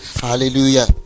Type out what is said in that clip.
hallelujah